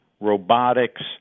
robotics